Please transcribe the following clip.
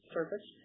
Service